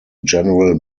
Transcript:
general